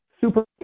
super